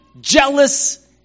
jealous